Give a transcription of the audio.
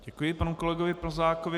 Děkuji panu kolegovi Plzákovi.